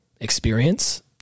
experience